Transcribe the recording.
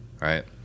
Right